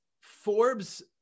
Forbes